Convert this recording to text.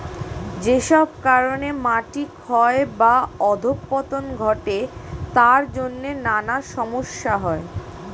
যেসব কারণে মাটি ক্ষয় বা অধঃপতন ঘটে তার জন্যে নানা সমস্যা হয়